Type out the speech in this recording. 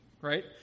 right